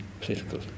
political